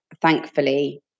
thankfully